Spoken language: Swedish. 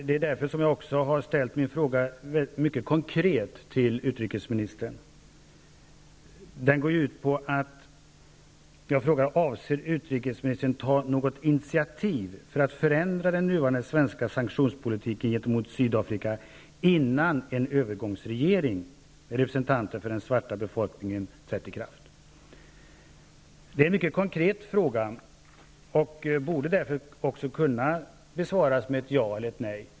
Det är därför som jag har ställt min fråga till urikesministern mycket konkret: Avser utrikesminister ta något initiativ för att förändra den nuvarande svenska sanktionspolitiken gentemot Sydafrika innan en övergångsregering med representanter för den svarta befolkningen trätt i kraft? Det är en mycket konkret fråga och borde därför också kunna besvaras med ett ja eller nej.